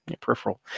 Peripheral